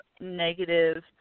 negative